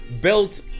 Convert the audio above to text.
built